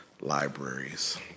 libraries